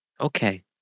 Okay